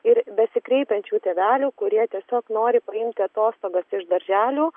ir besikreipiančių tėvelių kurie tiesiog nori paimti atostogas iš darželio